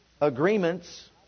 agreements